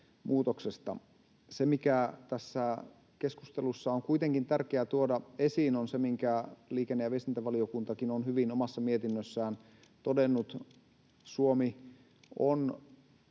Se, mikä tässä keskustelussa on kuitenkin tärkeää tuoda esiin, on se, minkä liikenne- ja viestintävaliokuntakin on hyvin omassa mietinnössään todennut. Suomi on